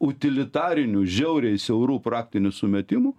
utilitarinių žiauriai siaurų praktinių sumetimų